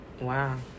Wow